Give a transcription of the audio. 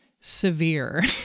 severe